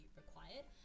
required